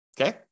Okay